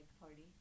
party